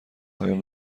هایم